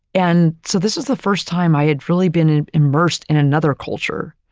and so, this is the first time i had really been immersed in another culture.